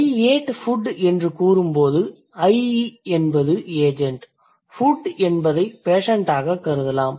I ate food என்று கூறும்போது I என்பது ஏஜெண்ட் food என்பதை பேஷண்ட் ஆகக் கருதலாம்